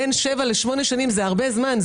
בין שבע לשמונה שנים זה הרבה זמן,